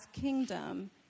kingdom